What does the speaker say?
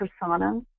persona